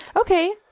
Okay